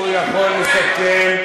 הוא יכול לסכם.